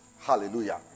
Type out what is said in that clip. Hallelujah